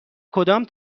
کدام